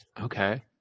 Okay